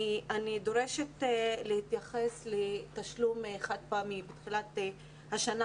אני דורשת להתייחס לתשלום חד פעמי בתחילת השנה,